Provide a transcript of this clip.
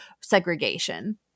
segregation